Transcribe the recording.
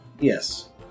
Yes